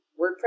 WordPress